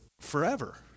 forever